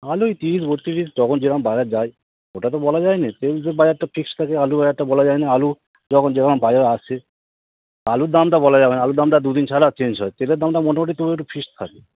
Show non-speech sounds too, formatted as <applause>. আলু ওই ত্রিশ বত্রিশ যখন যেরকম বাজার যায় ওটা তো বলা যায় না তেল <unintelligible> বাজার তো ফিক্সড থাকে আলু বাজারটা বলা যায় না আলু যখন যেরকম বাজার আসে আলুর দামটা বলা যাবে না আলুর দামটা দু দিন ছাড়া চেঞ্জ হয় তেলের দামটা মোটামুটি তবু একটু ফিক্সড থাকে